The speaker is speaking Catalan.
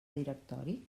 directori